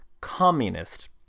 communist